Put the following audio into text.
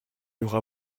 aura